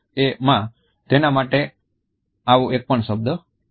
માં તેના માટે આવો એક પણ શબ્દ નથી